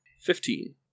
Fifteen